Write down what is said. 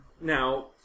Now